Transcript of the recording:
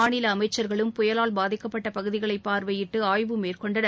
மாநில அமைச்சர்களும் புயலால் பாதிக்கப்பட்ட பகுதிகளை பார்வையிட்டு ஆய்வு மேற்கொண்டனர்